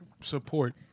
support